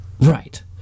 Right